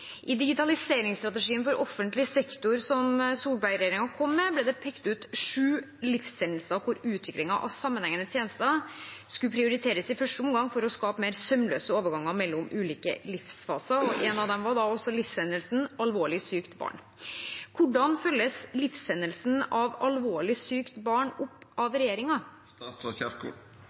offentlig sektor: Digitaliseringsstrategi for offentlig sektor 2019–2025 ble det pekt ut syv livshendelser hvor utviklingen av sammenhengende tjenester skal prioriteres i første omgang for å skape sømløse overganger mellom ulike livsfaser. Hvordan følges livshendelsen som gjelder alvorlig sykt barn opp av regjeringen?» Regjeringen har valgt å arbeide videre med den offentlige digitaliseringsstrategien, der vi setter innbyggernes behov i sentrum uavhengig av